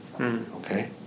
Okay